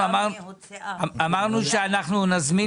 אמרנו שאנחנו נזמין